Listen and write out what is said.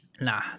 Nah